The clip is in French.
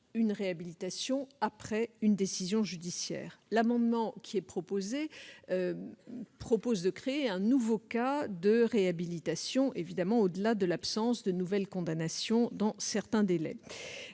une réhabilitation après une décision judiciaire. Les auteurs de l'amendement envisagent de créer un nouveau cas de réhabilitation, évidemment au-delà de l'absence de nouvelles condamnations dans certains délais.